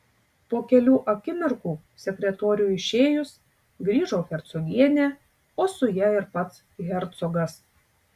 po kelių akimirkų sekretoriui išėjus grįžo hercogienė o su ja ir pats hercogas